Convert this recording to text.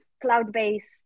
cloud-based